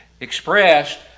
expressed